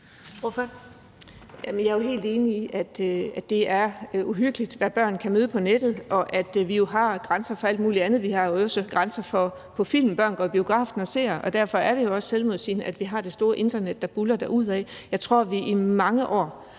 Jeg er jo helt enig i, at det er uhyggeligt, hvad børn kan møde på nettet, og at vi jo har grænser for alt mulig andet – vi har også aldersgrænser på film, som børn går i biografen og ser – og derfor er det også selvmodsigende, at vi har det store internet, der bare kan buldre derudaf. Jeg tror, at vi i mange år